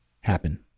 happen